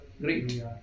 great